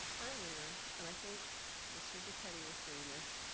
earlier, and i think mr. jakettie was doing this,